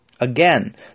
Again